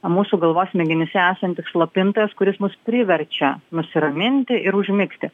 mūsų galvos smegenyse esantis slopintojas kuris mus priverčia nusiraminti ir užmigti